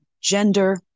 gender